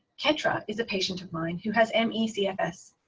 ketra is a patient of mine who has and me cfs.